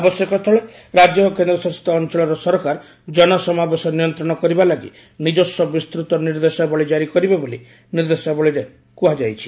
ଆବଶ୍ୟକ ସ୍ଥଳେ ରାଜ୍ୟ ଓ କେନ୍ଦ୍ର ଶାସିତ ଅଂଚଳର ସରକାର ଜନସମାବେଶ ନିୟନ୍ତ୍ରଣ କରିବା ଲାଗି ନିଜସ୍ୱ ବିସ୍ତୂତ ନିର୍ଦ୍ଦେଶାବଳୀ ଜାରି କରିବେ ବୋଲି ନିର୍ଦ୍ଦେଶାବଳୀରେ କ୍ରହାଯାଇଛି